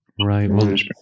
right